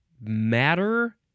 matter